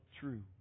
true